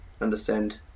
understand